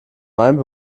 meinem